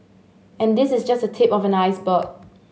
and this is just the tip of the iceberg